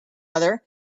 other